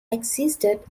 existed